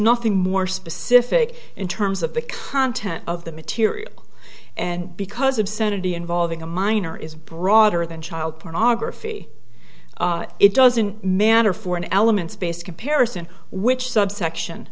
nothing more specific in terms of the content of the material and because obscenity involving a minor is broader than child pornography it doesn't matter foreign elements based comparison which subsection